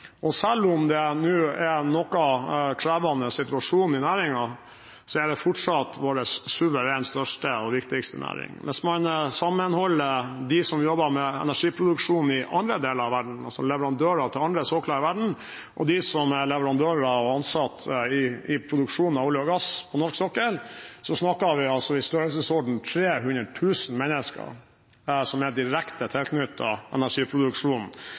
og selv om det nå er en noe krevende situasjon i næringen, er det fortsatt vår suverent største og viktigste næring. Hvis man slår sammen dem som jobber med energiproduksjon i andre deler av verden, altså leverandører til andre sokler i verden, og dem som er leverandører og ansatte i produksjon av olje og gass på norsk sokkel, snakker vi om i størrelsesorden 300 000 mennesker som er direkte